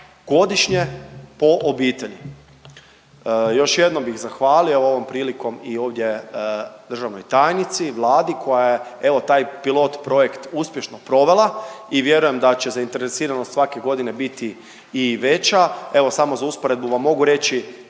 godišnje po obitelji. Još jednom bih zahvalio. Evo ovom prilikom i ovdje državnoj tajnici, Vladi koja je evo taj pilot projekt uspješno provela. I vjerujem da će zainteresiranost svake godine biti i veća. Evo samo za usporedbu vam mogu reći